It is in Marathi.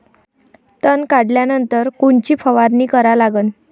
तन काढल्यानंतर कोनची फवारणी करा लागन?